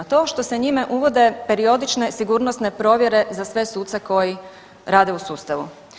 To što se njime uvode periodične sigurnosne provjere za sve suce koji rade u sustavu.